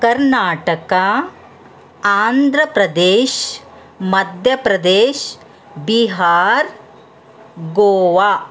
Karnataka Andhra Pradesh Madhya Pradesh Bihar Goa